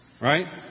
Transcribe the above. right